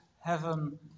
heaven